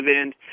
end